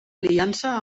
aliança